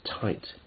tight